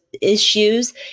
issues